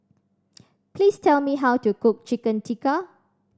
please tell me how to cook Chicken Tikka